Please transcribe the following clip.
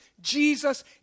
Jesus